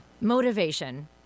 Motivation